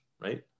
Right